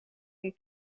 een